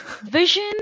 Vision